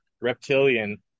reptilian